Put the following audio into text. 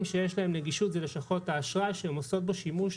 שיש להם נגישות זה לשכות האשראי שהן עושות בו שימוש